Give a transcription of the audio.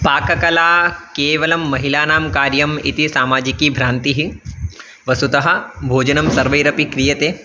पाककला केवलं महिलानां कार्यम् इति सामाजिकी भ्रान्तिः वस्तुतः भोजनं सर्वैरपि क्रियते